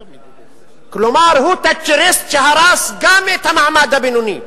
כלומר, הוא תאצ'ריסט שהרס גם את המעמד הבינוני.